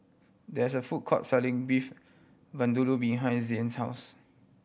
there is a food court selling Beef Vindaloo behind Zain's house